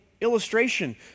illustration